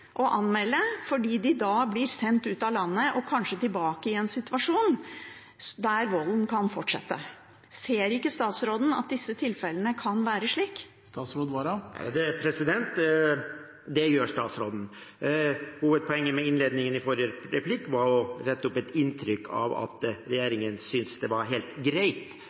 da blir sendt ut av landet og kanskje tilbake til en situasjon der volden kan fortsette. Ser ikke statsråden at disse tilfellene kan være slik? Det gjør statsråden. Hovedpoenget med innledningen i forrige replikk var å rette opp et inntrykk av at regjeringen synes det er helt greit